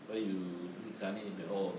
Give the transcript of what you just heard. why you m~ suddenly then m~ oh